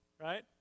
Right